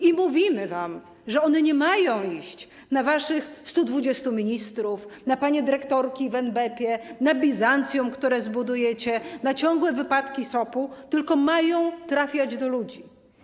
I mówimy wam, że one nie mają iść na waszych 120 ministrów, na panie dyrektorki w NBP, na Bizancjum, które budujecie, na ciągłe wypadki SOP-u, tylko mają trafiać do ludzi.